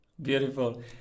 Beautiful